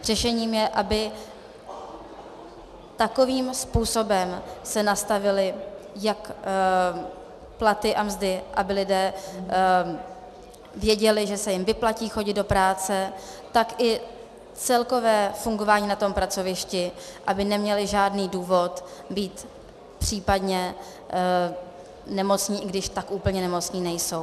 Řešením je, aby takovým způsobem se nastavily jak platy a mzdy, aby lidé věděli, že se jim vyplatí chodit do práce, tak i celkové fungování na tom pracovišti, aby neměli žádný důvod být případně nemocní, i když tak úplně nemocní nejsou.